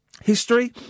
history